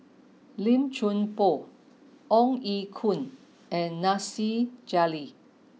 Lim Chuan Poh Ong Ye Kung and Nasir Jalil